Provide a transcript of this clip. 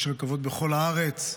יש רכבות בכל הארץ,